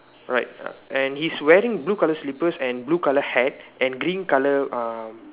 right and he's wearing blue colour slippers and blue colour hat and green colour um